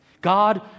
God